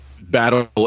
battle